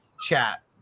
chat